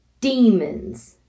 demons